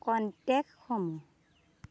কনটেক্টসমূহ